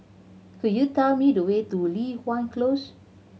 could you tell me the way to Li Hwan Close